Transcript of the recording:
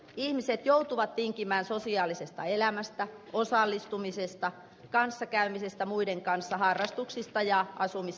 ihmiset joutuvat tinkimään sosiaalisesta elämästä osallistumisesta kanssakäymisestä muiden kanssa harrastuksista ja asumistasosta